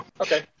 okay